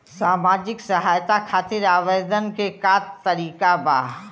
सामाजिक सहायता खातिर आवेदन के का तरीका बा?